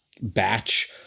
batch